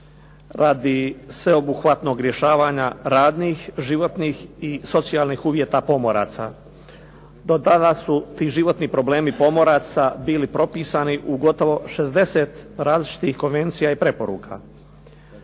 radi sveobuhvatnog rješavanja radnih, životnih i socijalnih uvjeta pomoraca. Do tada su ti životni problemi pomoraca bili propisani u gotovo 60 različitih konvencija i preporuka.